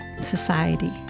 Society